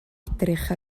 edrych